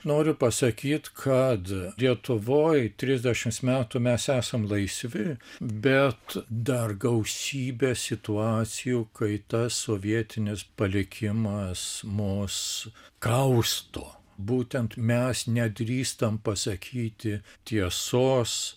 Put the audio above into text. noriu pasakyt kad lietuvoj trisdešimt metų mes esam laisvi bet dar gausybė situacijų kai tas sovietinis palikimas mus kausto būtent mes nedrįstam pasakyti tiesos